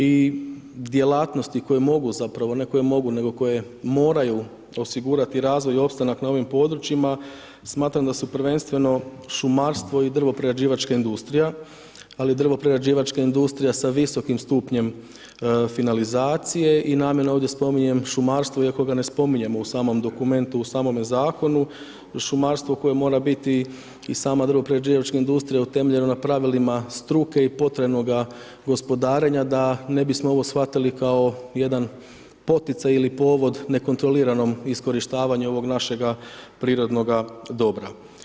I djelatnosti koje mogu zapravo ne koje mogu nego koje moraju osigurati razvoj i opstanak na ovim područjima, smatram da su prvenstveno šumarstvo i drvoprerađivačka industrija, ali drvoprerađivačka industrija sa visokim stupnjem finalizacije i namjerno ovdje spominjem šumarstvo iako ga ne spominjemo u samom dokumentu, u samome zakonu, šumarstvo koje mora biti i sama drvoprerađivačka industrija utemeljena na pravilima struke i potrebnoga gospodarenja da ne bismo ovo shvatili kao jedan poticaj ili povod nekontroliranom iskorištavanju ovog našega prirodnoga dobra.